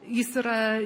jis yra